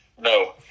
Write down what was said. no